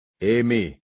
Amy